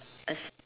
a s~